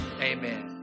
amen